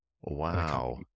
Wow